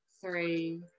three